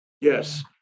Yes